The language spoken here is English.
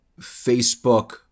Facebook